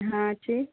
হ্যাঁ আছি